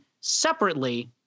separately